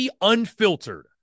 Unfiltered